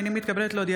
הינני מתכבדת להודיעכם,